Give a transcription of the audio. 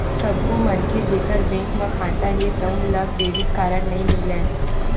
सब्बो मनखे जेखर बेंक म खाता हे तउन ल क्रेडिट कारड नइ मिलय